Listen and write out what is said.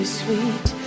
sweet